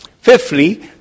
Fifthly